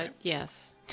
yes